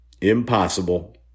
impossible